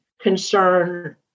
concern